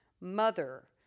mother